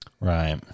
Right